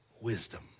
wisdom